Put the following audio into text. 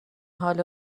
حال